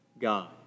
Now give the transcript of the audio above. God